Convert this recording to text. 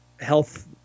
health